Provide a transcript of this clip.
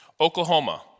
Oklahoma